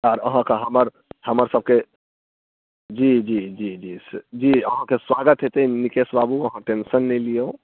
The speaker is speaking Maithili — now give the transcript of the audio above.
आर अहाँकऽ हमर हमर सबके जी जी जी जी स जी अहाँके हमर स्वागत होयतै मिथिलेश बाबू अहाँ टेंशन नहि लिऔ